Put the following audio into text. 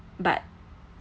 but